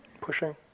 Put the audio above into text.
pushing